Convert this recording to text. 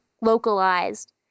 localized